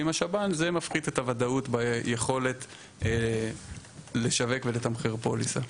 לשב"ן זה מפחית את הוודאות ביכולת לשווק ולתמחר פוליסה.